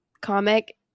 comic